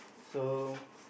so